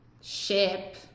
ship